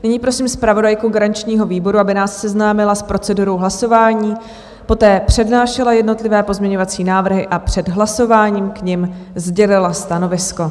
Nyní prosím zpravodajku garančního výboru, aby nás seznámila s procedurou hlasování, poté přednášela jednotlivé pozměňovací návrhy a před hlasováním k nim sdělila stanovisko.